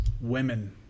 Women